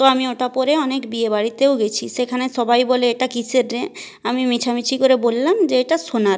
তো আমি ওটা পরে অনেক বিয়ে বাড়িতেও গেছি সেখানে সবাই বলে এটা কীসের রে আমি মিছামিছি করে বললাম যে এটা সোনার